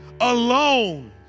alone